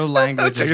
language